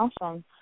awesome